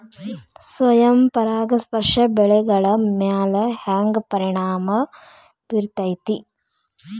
ಸ್ವಯಂ ಪರಾಗಸ್ಪರ್ಶ ಬೆಳೆಗಳ ಮ್ಯಾಲ ಹ್ಯಾಂಗ ಪರಿಣಾಮ ಬಿರ್ತೈತ್ರಿ?